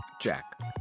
Jack